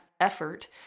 effort